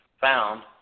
found